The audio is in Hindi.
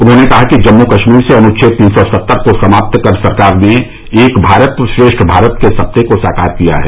उन्होंने कहा कि जम्मू कश्मीर से अनुच्छेद तीन सौ सत्तर को समाप्त कर सरकार ने एक भारत श्रेष्ठ भारत के सपने को साकार किया है